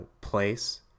place